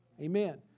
Amen